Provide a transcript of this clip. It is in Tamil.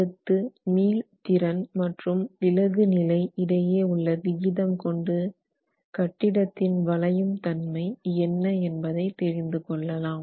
அடுத்து மீள் திறன் மற்றும் இளகு நிலை இடையே உள்ள விகிதம் கொண்டு கட்டிடத்தின் வளையும் தன்மை என்ன என்பதை தெரிந்துகொள்ளலாம்